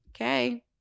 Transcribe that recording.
Okay